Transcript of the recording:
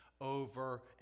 over